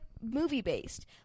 movie-based